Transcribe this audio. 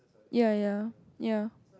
ya ya ya